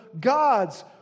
God's